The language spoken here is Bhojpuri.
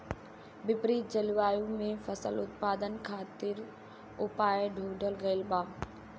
विपरीत जलवायु में फसल उत्पादन खातिर उपाय ढूंढ़ल गइल बा